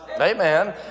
Amen